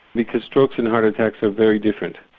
because strokes and heart attacks are very different.